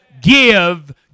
give